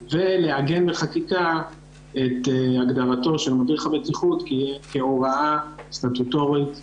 ולעגן בחקיקה את הגדרתו של מדריך הבטיחות כהוראה סטטוטורית